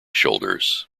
shoulders